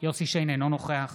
אינו נוכח